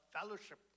fellowship